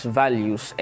values